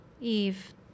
Eve